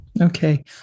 Okay